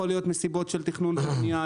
יכול להיות מסיבות של תכנון ובנייה,